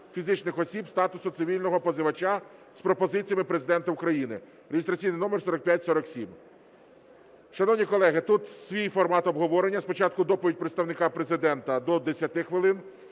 фізичних осіб статусу цивільного позивача" з пропозиціями Президента України (реєстраційний номер 4547). Шановні колеги, тут свій формат обговорення. Спочатку доповідь представника Президента – до 10 хвилин,